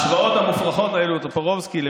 בישראל, נכון?